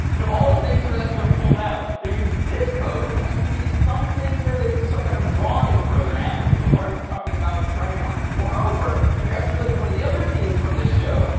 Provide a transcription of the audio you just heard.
and of all the things for them to have pulled out, they use this code, which has to be something related to some kind of drawing program insofar as it's talking about crayons. moreover, if you actually look at one of the other scenes from this show,